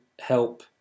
help